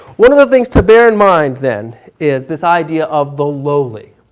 one of the things to bear in mind then is this idea of the lowly.